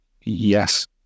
yes